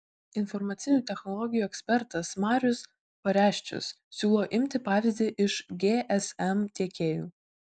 informacinių technologijų ekspertas marius pareščius siūlo imti pavyzdį iš gsm tiekėjų